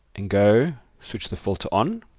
and go switch the filter on